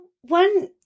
One